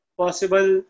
possible